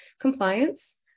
compliance